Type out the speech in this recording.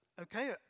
okay